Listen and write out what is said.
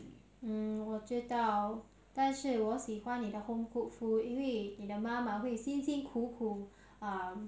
well it's made that is not her main priority